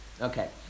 okay